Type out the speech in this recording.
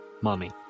Mommy